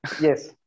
yes